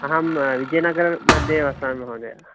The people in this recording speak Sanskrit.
अहं विजयनगरमध्ये वसामि महोदयः